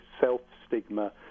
self-stigma